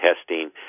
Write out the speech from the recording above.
testing